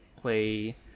play